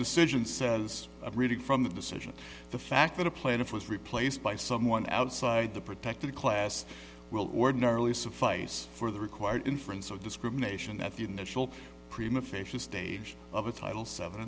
decision says a reading from the decision the fact that a plaintiff was replaced by someone outside the protected class will ordinarily suffice for the required inference of discrimination at the initial prima facia stage of a title seven